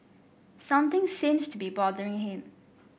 something seems to be bothering him